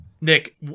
Nick